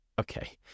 Okay